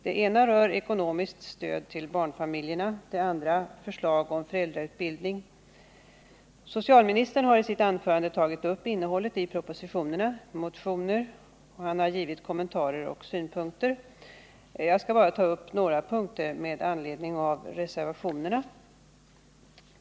Det ena rör ekonomiskt stöd till barnfamiljerna, det andra innehåller förslag om föräldrautbildning. Socialministern har i sitt anförande redogjort för innehållet i propositionerna och i motioner som väckts, och han har givit kommentarer och synpunkter. Jag skall för min del bara beröra några frågor med anledning av reservationerna.